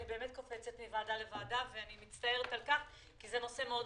כי אני באמת קופצת מוועדה לוועדה וזה נושא חשוב.